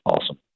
awesome